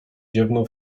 ziewnął